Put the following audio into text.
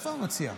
איפה המציע?